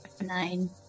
Nine